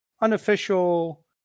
unofficial